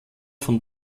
von